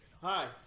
Hi